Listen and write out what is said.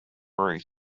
ruth